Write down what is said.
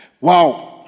Wow